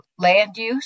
landuse